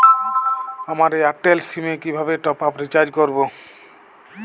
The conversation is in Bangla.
আমার এয়ারটেল সিম এ কিভাবে টপ আপ রিচার্জ করবো?